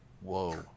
Whoa